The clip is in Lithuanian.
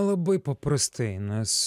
labai paprastai nes